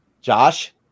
Josh